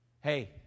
Hey